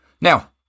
Now